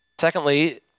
Secondly